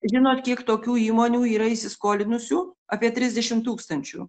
žinot kiek tokių įmonių yra įsiskolinusių apie trisdešim tūkstančių